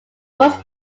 was